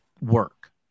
work